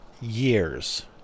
years